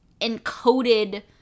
encoded